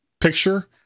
picture